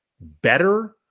better